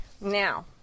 now